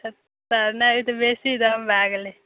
पछ्ह्त्तरि नहि ई तऽ बेसी दाम भै गेलै